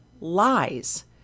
lies